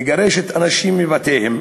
מגרשת אנשים מבתיהם,